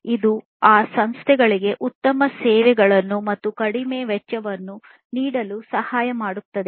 ಇದು ಈ ಸಂಸ್ಥೆಗಳಿಗೆ ಉತ್ತಮ ಸೇವೆಗಳನ್ನು ಮತ್ತು ಕಡಿಮೆ ವೆಚ್ಚವನ್ನು ನೀಡಲು ಸಹಾಯ ಮಾಡುತ್ತದೆ